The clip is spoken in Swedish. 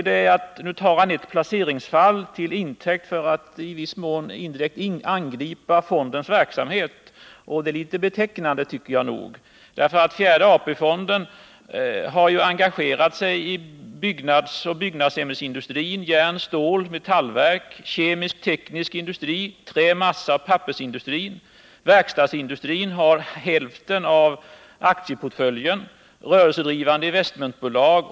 Han tar ett placeringsfall till intäkt för att angripa fondens verksamhet. Det är litet betecknande, tycker jag. Fjärde AP-fonden har ju engagerat sig i byggnadsoch byggnadsämnesindustrin, järn-, ståloch metallverk, kemiskteknisk industri, trä-, massaoch pappersindustri, i verkstadsindustrin och i rörelsedrivande investmentbolag.